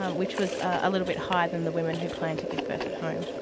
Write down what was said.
um which was a little bit higher than the women who planned to give birth at home.